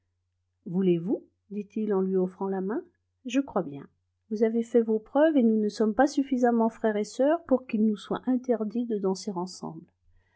voulez-vous dit-il en lui offrant la main je crois bien vous avez fait vos preuves et nous ne sommes pas suffisamment frère et sœur pour qu'il nous soit interdit de danser ensemble